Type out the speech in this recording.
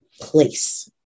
place